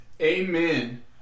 Amen